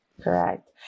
Correct